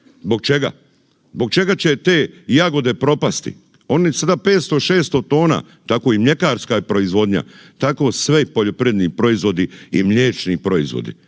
Zbog čega? Zbog čega će te jagode propasti? Oni sada 500, 600 tona, tako i mljekarska je proizvodnja, tako sve poljoprivredni proizvodi i mliječni proizvodi.